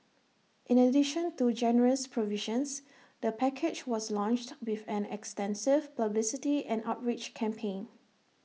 in addition to generous provisions the package was launched with an extensive publicity and outreach campaign